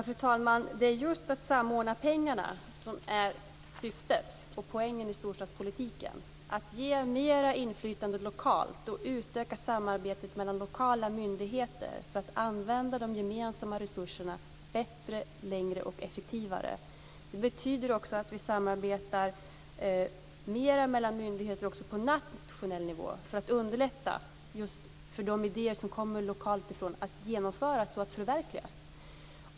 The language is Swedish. Fru talman! Syftet och poängen med storstadspolitiken är just att samordna pengarna, ge mer inflytande lokalt och utöka samarbetet mellan lokala myndigheter för att använda de gemensamma resurserna bättre, längre och effektivare. Det betyder att vi samarbetar mer med myndigheter också på nationell nivå för att underlätta att lokala idéer genomförs och förverkligas.